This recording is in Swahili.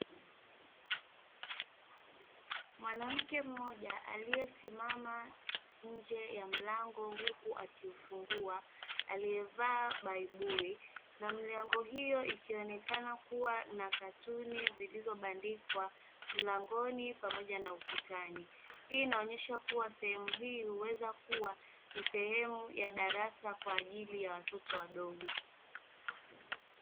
Mwanamke mmoja aliyesimama nje ya mlango huku akiufungua, aliyevaa baibui; na milango hiyo ikionekana kuwa na katuni zilizobandikwa mlangoni pamoja na ukutani. Hii inaonyesha kuwa sehemu hii huweza kuwa ni sehemu ya darasa kwa ajili ya watoto wadogo.